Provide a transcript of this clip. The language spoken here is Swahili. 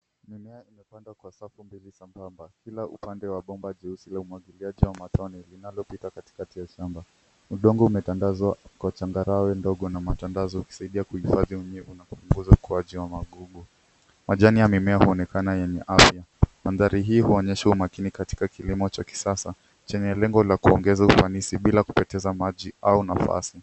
Mimea imepandwa kwa safu mbili sambamba. Kila upande wa bomba jeusi la umwagiliaji wa matone linalopita katikati ya shamba. Udongo umetandazwa kwa changarawe ndogo na matandazo ukisaidia kuhifadhi unyevu na kupunguza ukuaji wa magugu. Majani ya mimea huonekana yenye afya. Mandhari hii huonyesha umakini katika kilimo cha kisasa, chenye lengo la kuongeza ufanisi bila kupoteza maji au nafasi.